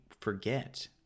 forget